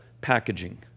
packaging